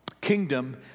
kingdom